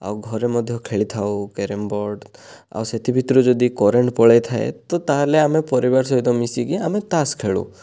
ଆଉ ଘରେ ମଧ୍ୟ ଖେଳିଥାଉ କ୍ୟାରମ ବୋର୍ଡ଼ ଆଉ ସେଥି ଭିତରୁ ଯଦି କରେଣ୍ଟ ପଳେଇ ଥାଏ ତ ତାହେଲେ ଆମେ ପରିବାର ସହିତ ମିଶିକି ଆମେ ତାସ ଖେଳୁ